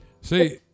See